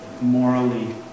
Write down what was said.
morally